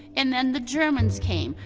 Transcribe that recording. and then the germans came,